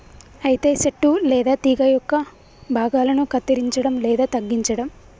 అయితే సెట్టు లేదా తీగ యొక్క భాగాలను కత్తిరంచడం లేదా తగ్గించడం